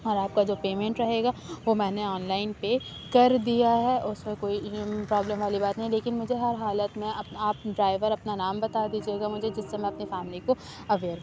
اور آپ کا جو پیمنٹ رہے گا وہ میں نے آن لائن پے کر دیا ہے اور اُس میں کوئی پرابلم والی بات نہیں لیکن مجھے ہر حالت میں اب آپ ڈرائیور اپنا نام بتا دیجیے گا مجھے جس سے میں اپنی فیملی کو اویئر